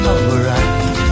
Alright